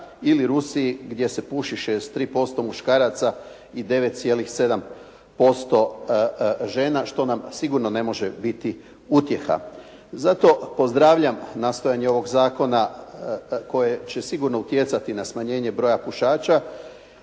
ili Rusiji gdje se puši 63% muškaraca i 9,7% žena što nam sigurno ne može biti utjeha. Zato pozdravljam nastojanje ovog zakona koje će sigurno utjecati na smanjenje broja pušača